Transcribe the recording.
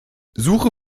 suche